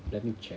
let me check